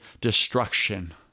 destruction